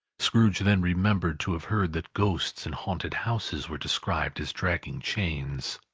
scrooge then remembered to have heard that ghosts in haunted houses were described as dragging chains.